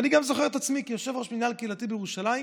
ואני גם זוכר את עצמי כיושב-ראש מינהל קהילתי בירושלים.